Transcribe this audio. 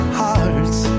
hearts